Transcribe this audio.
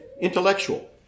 Intellectual